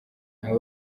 nka